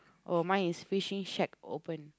oh mine is fishing shack open